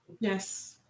Yes